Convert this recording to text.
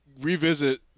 revisit